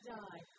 die